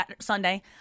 Sunday